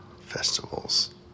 Festivals